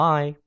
Bye